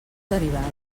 derivades